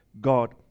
God